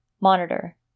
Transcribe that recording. Monitor